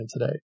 today